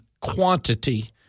quantity